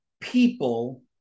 people